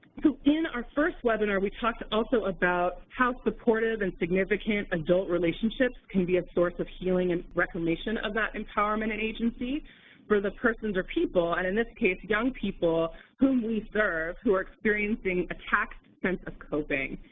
so in our first webinar, we talked also about how supportive and significant adult relationships can be a source of healing and reclamation of that empowerment and agency for the persons or people and in this case young people whom we serve, who are experiencing a taxed sense of coping.